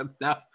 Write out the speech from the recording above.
Now